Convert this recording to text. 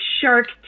shark